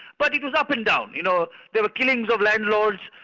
but it was up and down, you know, there were killings of landlords,